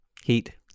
Heat